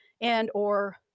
and/or